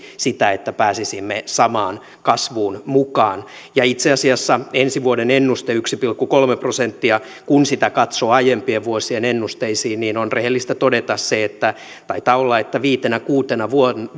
sitä että pääsisimme samaan kasvuun mukaan itse asiassa ensi vuoden ennusteesta yksi pilkku kolme prosenttia kun sitä katsoo aiempien vuosien ennusteisiin on rehellistä todeta se että taitaa olla niin että viitenä kuutena